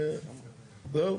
זהו?